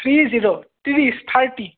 three zero ত্ৰিছ thirty